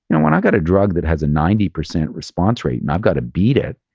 and when i've got a drug that has a ninety percent response rate and i've got to beat it,